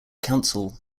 council